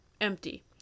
Empty